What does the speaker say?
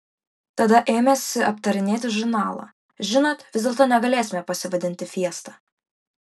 tada ėmėsi aptarinėti žurnalą žinot vis dėlto negalėsime pasivadinti fiesta